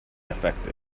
affected